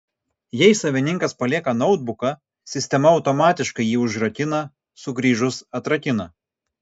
jei savininkas palieka noutbuką sistema automatikai jį užrakina sugrįžus atrakina